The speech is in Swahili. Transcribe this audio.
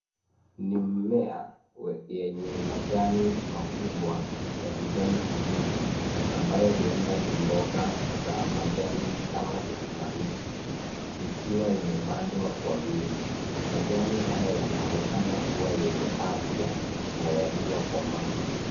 Ni mmea yenye majani makubwa ya kijani kibichi ambayo huenda ni mboga za majani kama sukuma wiki ikiwa imepandwa kwa wingi. Majani haya yanaonekana kuwa yenye afya na yaliyokomaa.